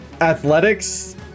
athletics